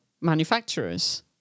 manufacturers